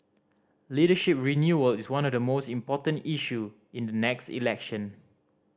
leadership renewal is one of the most important issue in the next election